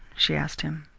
she asked him.